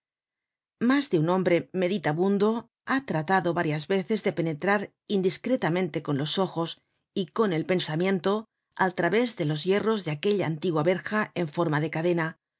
mas de un hombre meditabundo ha tratado varias veces de penetrar indiscretamente con los ojos y con el pensamiento al través de los hierros de aquella antigua verja en forma de cadena